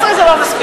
גם 18 זה לא מספיק.